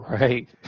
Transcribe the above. Right